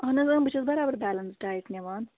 اَہَن حظ بہٕ چھَس بَرابر بٮ۪لنٕس ڈایٹ نِوان